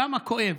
כמה כואב,